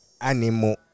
animal